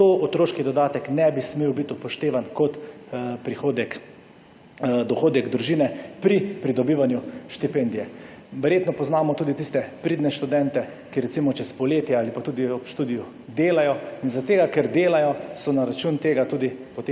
Zato otroški dodatek ne bi smel biti upoštevan kot dohodek družine pri pridobivanju štipendije. Verjetno poznamo tudi tiste pridne študente, ki recimo čez poletje ali pa tudi ob študiju delajo in zaradi tega, ker delajo, so na račun tega tudi